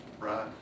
right